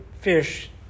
fish